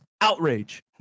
outrage